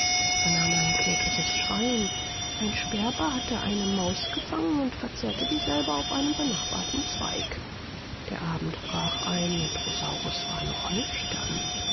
vernahm er ein klägliches schreien ein sperber hatte eine maus gefangen und verzehrte dieselbe auf einem benachbarten zweig der abend brach ein und rosaurus war noch nüchtern